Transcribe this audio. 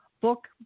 book